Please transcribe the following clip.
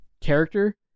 character